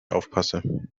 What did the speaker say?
aufpasse